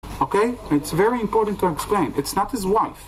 אוקיי, זה מאוד חשוב להסביר, זה לא אישה שלו.